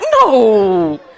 no